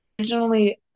originally